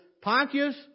Pontius